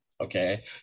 Okay